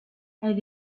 elle